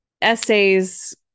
essays